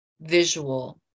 visual